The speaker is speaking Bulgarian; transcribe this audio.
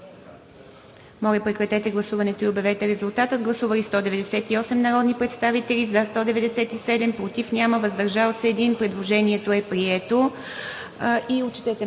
Моля, прекратете гласуването и обявете резултата. Гласували 194 народни представители: за 192, против няма, въздържали се 2. Предложението е прието.